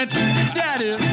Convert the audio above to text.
Daddy